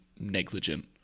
negligent